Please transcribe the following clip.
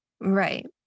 Right